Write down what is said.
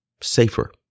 safer